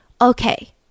okay